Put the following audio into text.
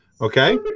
Okay